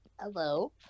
Hello